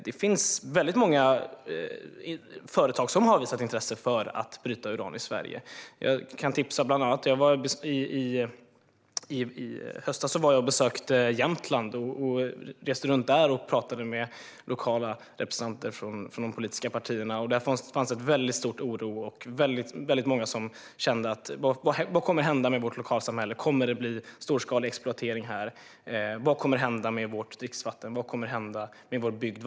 Det finns väldigt många företag som har visat intresse för att bryta uran i Sverige. Jag kan ge ett tips. I höstas var jag och besökte Jämtland. Jag reste runt där och pratade med lokala representanter från de politiska partierna. Där fanns det en väldigt stor oro. Väldigt många kände: Vad kommer att hända med vårt lokalsamhälle? Kommer det att bli storskalig exploatering här? Vad kommer att hända med vårt dricksvatten? Vad kommer att hända med vår bygd?